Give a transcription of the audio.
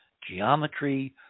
geometry